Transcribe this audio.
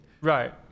right